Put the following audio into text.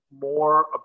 more